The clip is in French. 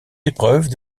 épreuves